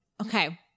okay